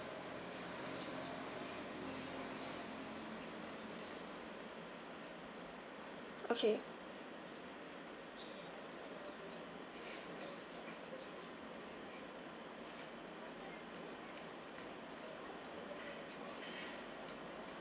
okay